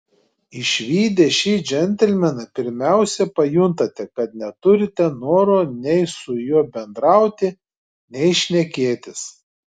išvydę šį džentelmeną pirmiausia pajuntate kad neturite noro nei su juo bendrauti nei šnekėtis